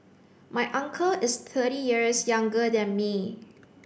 my uncle is thirty years younger than me